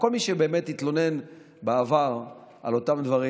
וכל מי שבאמת התלונן בעבר על אותם דברים.